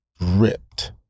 ripped